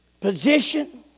position